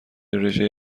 رژه